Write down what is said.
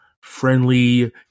friendly